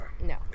No